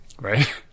right